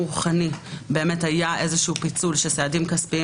זה היה פיצול של סעדים כספיים,